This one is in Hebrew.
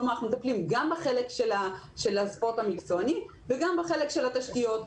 כלומר אנחנו מטפלים גם בחלק של הספורט המקצועני וגם בחלק של התשתיות.